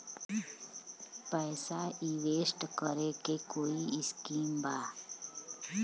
पैसा इंवेस्ट करे के कोई स्कीम बा?